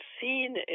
seen